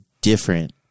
different